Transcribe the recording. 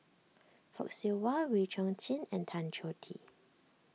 Fock Siew Wah Wee Chong Jin and Tan Choh Tee